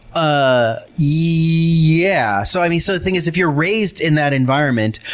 ah yeah. so and the so thing is, if you're raised in that environment,